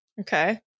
Okay